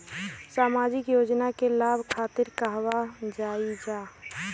सामाजिक योजना के लाभ खातिर कहवा जाई जा?